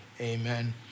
amen